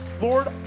Lord